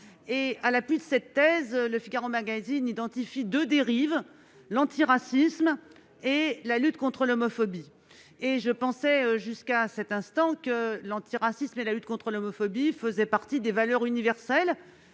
À l'appui de cette thèse, identifie deux dérives : l'antiracisme et la lutte contre l'homophobie. Il me semblait, jusqu'alors, que l'antiracisme et la lutte contre l'homophobie faisaient partie des valeurs universelles,